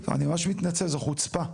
אני ממש מתנצל, זו חוצפה.